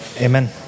Amen